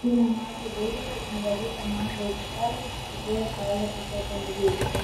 ji nematė durų tik nuvalytą mažą aikštelę kur stovėjo keletas automobilių